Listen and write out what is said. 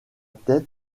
tête